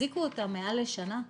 החזיקו אותם מעל לשנה,